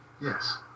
Yes